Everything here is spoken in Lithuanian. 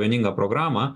vieningą programą